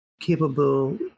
capable